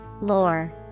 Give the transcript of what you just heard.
Lore